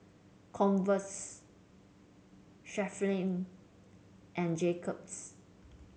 Converse Chevrolet and Jacob's